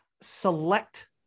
select